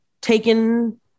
taken